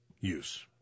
use